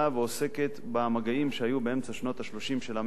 ועוסקת במגעים שהיו באמצע שנות ה-30 של המאה